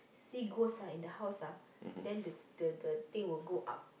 see ghost ah in the house ah then the the thing will go up